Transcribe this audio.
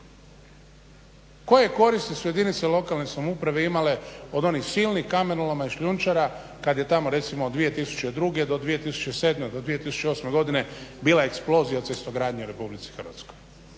Koje koristi su jedinice lokalne samouprave imale od onih silnih kamenoloma i šljunčara kad je tamo recimo 2002. do 2007., do 2008. godine bila eksplozija cestogradnje u RH, kad